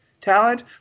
talent